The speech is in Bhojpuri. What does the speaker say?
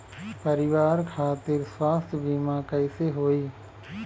परिवार खातिर स्वास्थ्य बीमा कैसे होई?